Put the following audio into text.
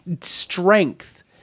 strength